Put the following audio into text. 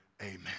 amen